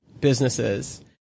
businesses